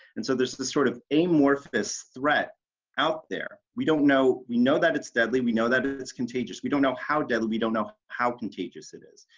and so there's the sort of amorphous threat out there. we don't know we know that it's deadly. we know that it's contagious. we don't know how deadly, we don't know how contagious it is.